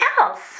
else